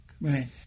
Right